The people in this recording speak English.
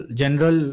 general